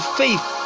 faith